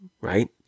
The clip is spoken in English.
right